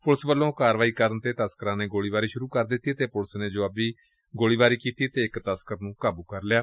police ਵੱਲੋਂ ਕਾਰਵਾਈ ਕਰਨ ਤੇ ਤਸਕਰਾਂ ਨੇ ਗੋਲੀਬਾਰੀ ਸੁਰੂ ਕਰ ਦਿੱਤੀ ਅਤੇ ਪੁਲਿਸ ਨੇ ਜੁਆਬੀ ਗੋਲੀਬਾਰੀ ਕੀਤੀ ਅਤੇ ਇਕ ਤਸਕਰ ਨੂੰ ਕਾਬੂ ਕਰ ਲਿਐ